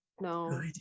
no